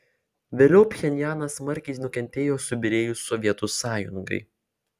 vėliau pchenjanas smarkiai nukentėjo subyrėjus sovietų sąjungai